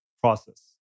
process